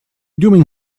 doing